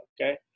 Okay